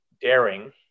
daring